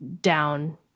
down